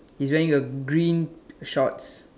he's wearing a green shorts